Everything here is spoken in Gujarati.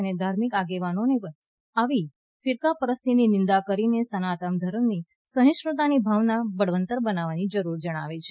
અનેક ધાર્મિક આગેવાનોએ પણ આવી ફિરકાપરસ્તીની નિંદા કરીને સનાતન ધર્મની સહિષ્ણુતાની ભાવના બળવત્તર બનાવવાની જરૂર જણાવી છે